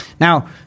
Now